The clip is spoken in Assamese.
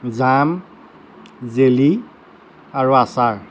জাম জেলি আৰু আচাৰ